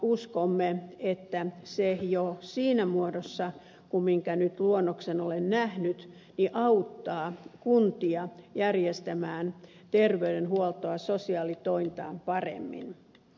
uskomme että se jo siinä muodossa minkä luonnoksen olen nähnyt auttaa kuntia järjestämään terveydenhuoltoa sosiaalitointaan paremmin